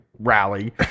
rally